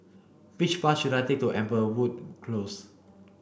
which bus should I take to Amberwood Close